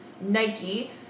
Nike